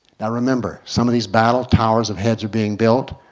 now remember some of these battle towers of heads are being built.